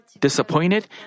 Disappointed